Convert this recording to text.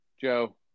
Joe